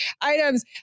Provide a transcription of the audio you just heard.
items